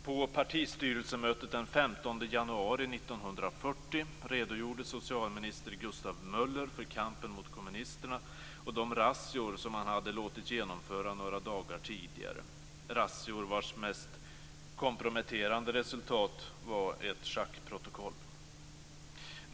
På partistyrelsemötet den 15 januari 1940 redogjorde socialminister Gustav Möller för kampen mot kommunisterna och de razzior som han hade låtit genomföra några dagar tidigare, razzior vars mest komprometterande resultat var ett schackprotokoll.